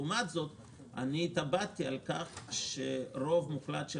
לעומת זה "התאבדתי" על כך שרוב מוחלט של